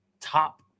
top